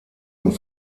und